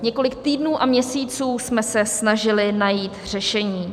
Několik týdnů a měsíců jsme se snažili najít řešení.